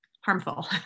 Harmful